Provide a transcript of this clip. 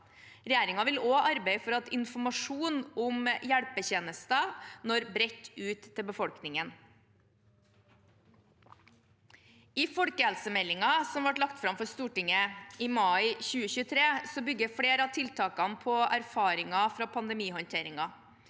Regjeringen vil også arbeide for at informasjon om hjelpetjenester når bredt ut til befolkningen. I folkehelsemeldingen, som ble lagt fram for Stortinget i mai 2023, bygger flere av tiltakene på erfaringer fra pandemihåndteringen.